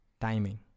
timing